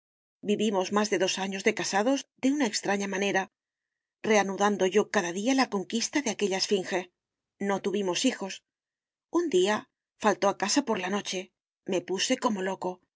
vivimos más de dos años de casados de una extraña manera reanudando yo cada día la conquista de aquella esfinge no tuvimos hijos un día faltó a casa por la noche me puse como loco